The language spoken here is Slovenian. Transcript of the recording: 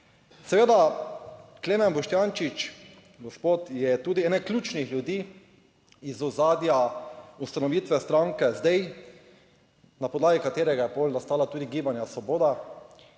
Seveda Klemen Boštjančič - gospod je tudi eden ključnih ljudi iz ozadja ustanovitve stranke, zdaj, na podlagi katerega je pol nastala tudi Gibanja Svoboda